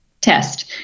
test